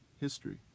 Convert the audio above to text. history